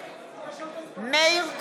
בעד מאיר כהן,